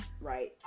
right